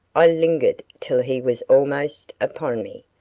i lingered till he was almost upon me,